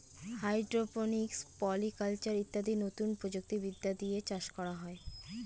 hydroponics, polyculture ইত্যাদি নতুন প্রযুক্তি বিদ্যা দিয়ে চাষ করা হয়